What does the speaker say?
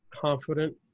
confident